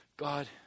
God